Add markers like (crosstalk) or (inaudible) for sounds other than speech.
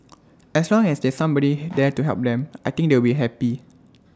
as long as there's somebody (noise) there to help them I think they will be happy